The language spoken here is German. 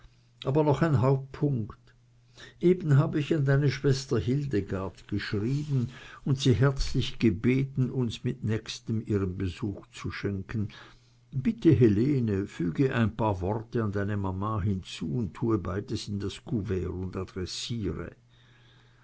aber noch ein hauptpunkt eben habe ich an deine schwester hildegard geschrieben und sie herzlich gebeten uns mit nächstem ihren besuch zu schenken bitte helene füge ein paar worte an deine mama hinzu und tue beides in das